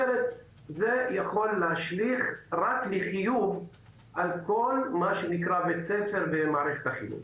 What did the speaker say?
זה יכול להשליך רק לחיוב על כל מה שנקרא בית ספר ומערכת החינוך.